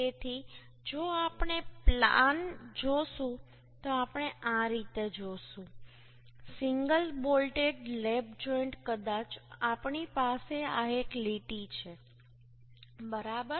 તેથી જો આપણે પ્લાન જોશું તો આપણે આ રીતે જોશું સિંગલ બોલ્ટેડ લેપ જોઈન્ટ કદાચ આપણી પાસે આ એક લીટી છે બરાબર